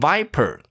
Viper